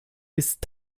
ist